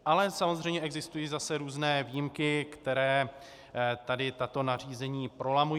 Ale samozřejmě existují zase různé výjimky, které tato nařízení prolamují.